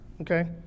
Okay